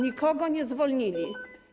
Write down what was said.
Nikogo nie zwolnili.